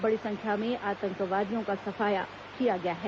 बड़ी संख्या में आतंकवादियों का सफाया किया गया है